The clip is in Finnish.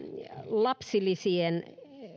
lapsilisien